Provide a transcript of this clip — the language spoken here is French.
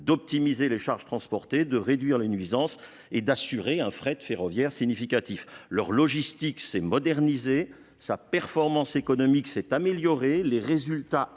d'optimiser les charges transportées, de réduire les nuisances et d'assurer un fret ferroviaire significatif. Leur logistique s'est modernisée, et sa performance économique s'est améliorée. Les résultats